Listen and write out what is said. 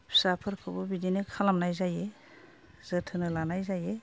फिसाफोरखौबो बिदिनो खालामनाय जायो जोथोन लानाय जायो